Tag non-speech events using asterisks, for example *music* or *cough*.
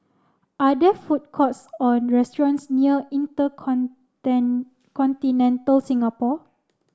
are there food courts or restaurants near Inter *unintelligible* Continental Singapore